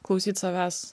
klausyt savęs